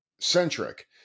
centric